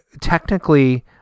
technically